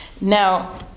Now